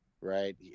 right